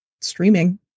streaming